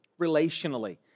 Relationally